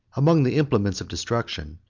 among the implements of destruction,